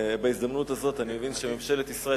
אני מבין שממשלת ישראל,